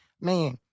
man